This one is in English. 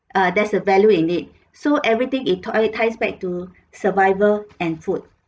uh that's the value in it so everything it tie ties back to survival and food